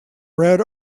red